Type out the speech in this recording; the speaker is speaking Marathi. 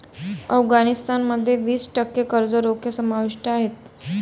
अफगाणिस्तान मध्ये वीस टक्के कर्ज रोखे समाविष्ट आहेत